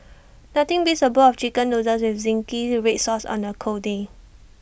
nothing beats A bowl of Chicken Noodles with Zingy Red Sauce on A cold day